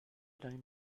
deinen